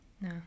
No